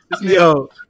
Yo